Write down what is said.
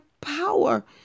power